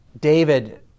David